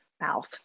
mouth